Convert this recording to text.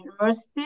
university